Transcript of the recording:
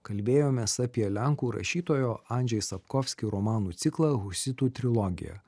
kalbėjomės apie lenkų rašytojo andžej sapkovski romanų ciklą husitų trilogiją